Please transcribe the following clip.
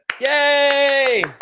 yay